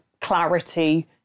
clarity